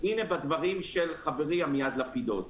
הנה בדברים של חברי עמיעד לפידות.